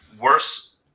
worse